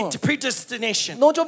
predestination